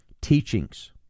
teachings